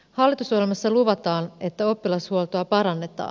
hallitusohjelmassa luvataan että oppilashuoltoa parannetaan